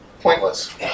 pointless